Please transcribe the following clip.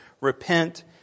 repent